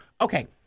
Okay